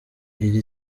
iri